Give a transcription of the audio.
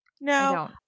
no